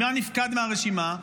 מה נפקד מהרשימה?